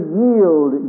yield